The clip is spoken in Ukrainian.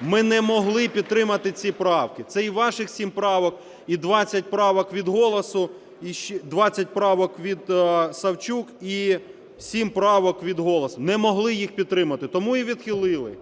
ми не могли підтримати ці правки. Це і ваших 7 правок, і 20 правок від "Голосу", і 20 правок від Савчук, і 7 правок від "Голосу" – не могли їх підтримати, тому і відхилили.